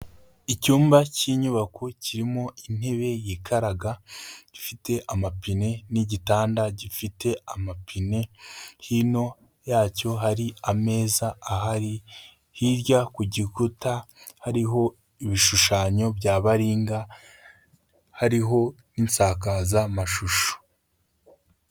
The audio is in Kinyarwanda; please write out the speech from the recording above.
Icyumba cy'inyubako kirimo intebe yikaraga, ifite amapine n'igitanda gifite amapine, hino yacyo hari ameza ahari, hirya ku gikuta hariho ibishushanyo bya baringa, hariho n'insakazamashusho.